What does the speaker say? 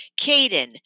Caden